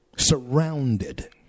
Surrounded